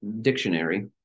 dictionary